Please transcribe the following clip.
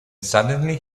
suddenly